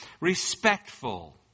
respectful